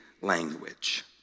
language